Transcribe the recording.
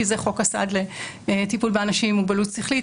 כי זה חוק הסעד לטיפול באנשים עם מוגבלות שכלית,